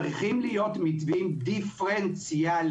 צריכים להיות מתווים דיפרנציאליים,